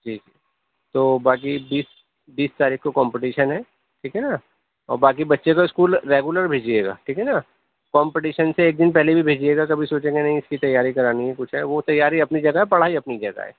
جی جی تو باقی بیس بیس تاریخ کو کمپٹیشن ہے ٹھیک ہے نہ اور باقی بچے کو اسکول ریگولر بھیجیے گا ٹھیک ہے نہ کومپٹیشن سے ایک دِن پہلے بھی بھیجیے گا کبھی سوچیں گے نہیں اِس کی تیاری کرانی ہے کچھ ہے وہ تیاری اپنی جگہ پڑھائی اپنی جگہ ہے